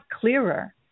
clearer